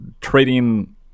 Trading